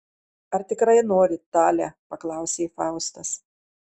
ar tikrai nori tale paklausė faustas